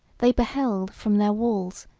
they beheld, from their walls,